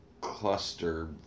cluster